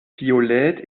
violett